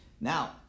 Now